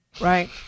Right